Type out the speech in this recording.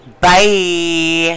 Bye